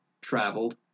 traveled